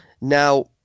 now